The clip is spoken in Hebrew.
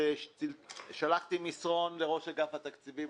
שלחתי מסרון לראש אגף התקציבים,